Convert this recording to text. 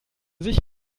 sich